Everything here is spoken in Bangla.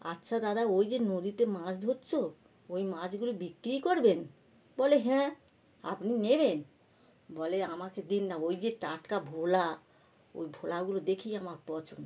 আচ্ছা দাদা ওই যে নদীতে মাছ ধরছো ওই মাছগুলো বিক্রি করবেন বলে হ্যাঁ আপনি নেবেন বলে আমাকে দিন না ওই যে টাটকা ভোলা ওই ভোলাগুলো দেখেই আমার পছন্দ